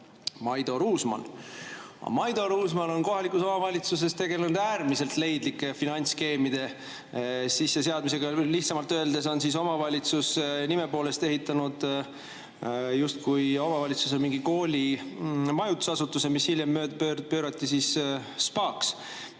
Maido Ruusmann. Maido Ruusmann on kohalikus omavalitsuses tegelenud äärmiselt leidlike finantsskeemide sisseseadmisega. Lihtsamalt öeldes on omavalitsus nime poolest ehitanud justkui omavalitsuse kooli mingi majutusasutuse, mis hiljem pöörati spaaks.